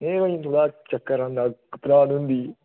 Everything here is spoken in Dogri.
नेईं इ'यां थोह्ड़ा चक्कर औंदा घबराह्ट होंदी